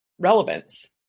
Relevance